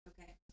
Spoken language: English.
okay